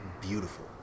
beautiful